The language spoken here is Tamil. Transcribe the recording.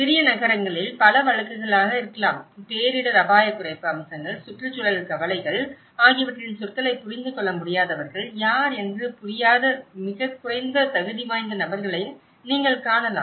சிறிய நகரங்களில் பல வழக்குகளாக இருக்கலாம் பேரிடர் அபாயக் குறைப்பு அம்சங்கள் சுற்றுச்சூழல் கவலைகள் ஆகியவற்றின் சொற்களைப் புரிந்து கொள்ள முடியாதவர்கள் யார் என்று புரியாத மிகக் குறைந்த தகுதி வாய்ந்த நபர்களை நீங்கள் காணலாம்